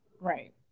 Right